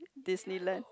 Disneyland